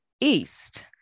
east